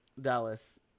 Dallas